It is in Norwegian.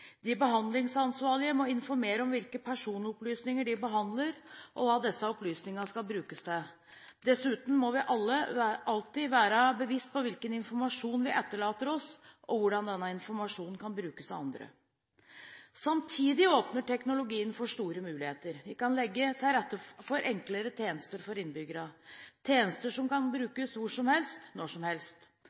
De behandlingsansvarlige må informere om hvilke personopplysninger de behandler, og hva disse opplysningene skal brukes til. Dessuten må vi alle alltid være bevisst på hvilken informasjon vi etterlater oss, og hvordan denne informasjonen kan brukes av andre. Samtidig åpner teknologien for store muligheter. Vi kan legge til rette for enklere tjenester for innbyggerne, tjenester som kan brukes hvor som helst, når som helst.